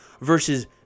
versus